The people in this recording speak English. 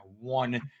one